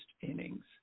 innings